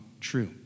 true